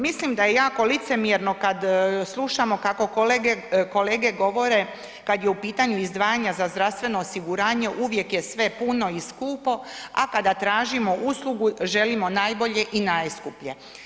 Mislim da je jako licemjerno kad slušamo kako kolege, kolege govore kad je u pitanju izdvajanja za zdravstveno osiguranje, uvijek je sve puno i skupo, a kada tražimo uslugu želimo najbolje i najskuplje.